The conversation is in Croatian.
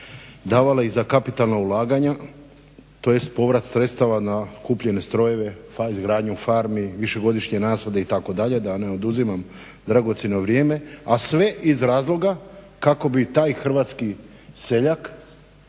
davale i za kapitalna ulaganja tj. povrat sredstava na kupljene strojeve, izgradnju farmi, višegodišnje nasade itd. da ne oduzimam dragocjeno vrijeme, a sve iz razloga kako bi taj hrvatski seljak